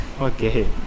Okay